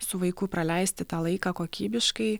su vaiku praleisti tą laiką kokybiškai